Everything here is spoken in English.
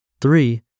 Three